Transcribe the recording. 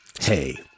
Hey